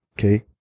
Okay